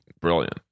brilliant